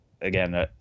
again